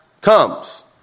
comes